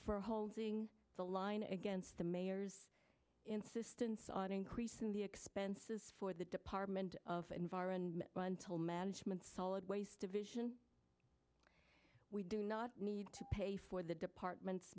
for holding the line against the mayor's insistence on increasing the expenses for the department of environment until management solid waste division we do not need to pay for the department